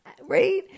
Right